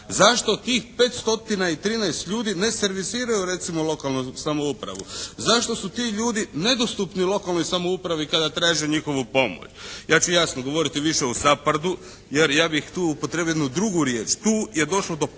Zašto tih 513 ljudi ne servisiraju recimo lokalnu samoupravu? Zašto su ti ljudi nedostupni lokalnoj samoupravi kada traže njihovu … /Govornik se ne razumije./ …? Ja ću jasno govoriti više o «SAPHARD-u» jer ja bih tu upotrijebio jednu drugu riječ. Tu je došlo do potpune